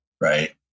right